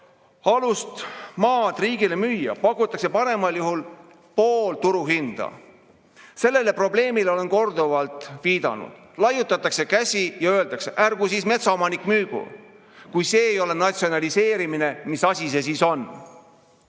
maad riigile müüa, pakutakse paremal juhul pool turuhinda. Sellele probleemile olen korduvalt viidanud. Laiutatakse käsi ja öeldakse, et ärgu siis metsaomanik müügu. Kui see ei ole natsionaliseerimine, mis asi see siis on?